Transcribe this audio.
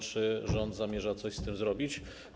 Czy rząd zamierza coś z tym zrobić?